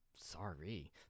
Sorry